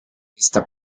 esta